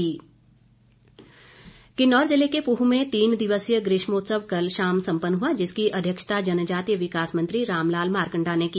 ग्रीष्मोत्सव किन्नौर जिले के पूह में तीन दिवसीय ग्रीष्मोत्सव कल शाम सम्पन्न हुआ जिसकी अध्यक्षता जनजातीय विकास मंत्री रामलाल मारकंडा ने की